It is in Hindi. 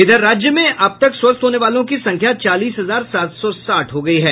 इधर राज्य में अब तक स्वस्थ होने वालों की संख्या चालीस हजार सात सौ साठ हो गई है